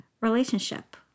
relationship